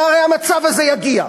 והרי המצב הזה יגיע.